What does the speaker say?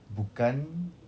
bukan